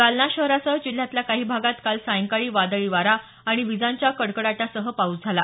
जालना शहरासह जिल्ह्यातल्या काही भागात काल सायंकाळी वादळी वारा आणि विजांच्या कडकडाटासह पाऊस झाला